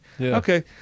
Okay